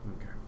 Okay